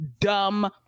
dumb